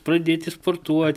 pradėti sportuoti